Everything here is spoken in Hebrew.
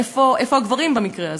איפה הגברים במקרה הזה?